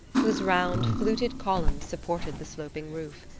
whose round, fluted columns supported the sloping roof.